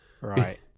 right